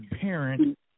parent